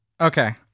okay